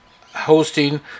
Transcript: hosting